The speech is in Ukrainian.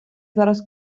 зараз